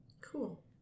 Cool